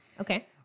Okay